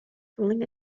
fooling